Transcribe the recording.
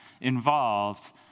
involved